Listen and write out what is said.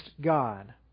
God